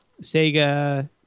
Sega